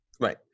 Right